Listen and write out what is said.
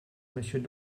monsieur